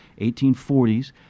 1840s